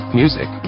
music